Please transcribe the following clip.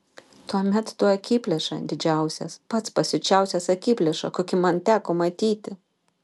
tuomet tu akiplėša didžiausias pats pasiučiausias akiplėša kokį man teko matyti